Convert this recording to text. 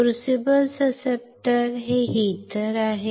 crucible susceptor हे heater आहे